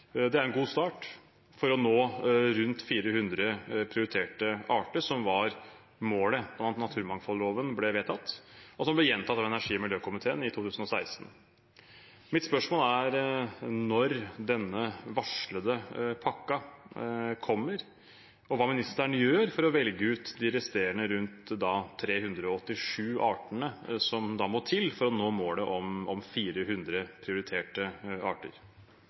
Det er en god start for å nå rundt 400 prioriterte arter, som var målet da naturmangfoldloven ble vedtatt, og som ble gjentatt av energi- og miljøkomiteen i 2016. Mitt spørsmål er: Når kommer denne varslede pakken, og hva gjør ministeren for å velge ut de resterende rundt 387 artene som må til for å nå målet om 400 prioriterte arter?